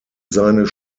seines